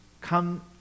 come